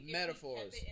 metaphors